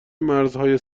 مرزهای